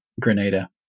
Grenada